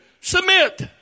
submit